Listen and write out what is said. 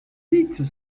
vite